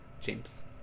James